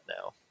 now